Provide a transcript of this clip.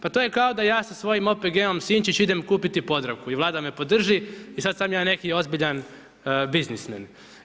Pa to je kao da ja sa svojim OPG-om Sinčić idem kupiti Podravku i Vlada me podrži i sada sam ja neki ozbiljan biznismen.